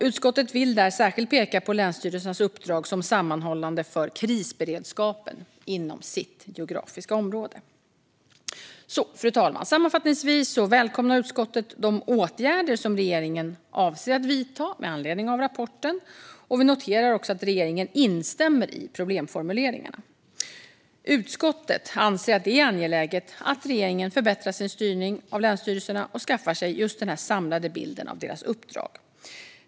Utskottet vill här särskilt peka på länsstyrelsernas uppdrag som sammanhållande för krisberedskapen inom sitt geografiska område. Fru talman! Sammanfattningsvis välkomnar utskottet de åtgärder som regeringen avser att vidta med anledning av rapporten. Vi noterar också att regeringen instämmer i problemformuleringarna. Utskottet anser att det är angeläget att regeringen förbättrar sin styrning av länsstyrelserna och skaffar sig just en samlad bild av deras uppdrag.